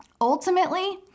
ultimately